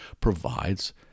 provides